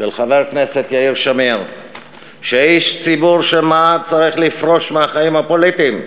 של חבר כנסת יאיר שמיר שאיש ציבור שמעל צריך לפרוש מהחיים הפוליטיים.